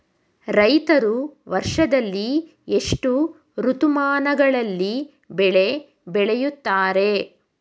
ರೈತರು ವರ್ಷದಲ್ಲಿ ಎಷ್ಟು ಋತುಮಾನಗಳಲ್ಲಿ ಬೆಳೆ ಬೆಳೆಯುತ್ತಾರೆ?